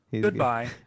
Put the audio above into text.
Goodbye